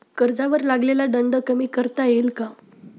कर्जावर लागलेला दंड कमी करता येईल का?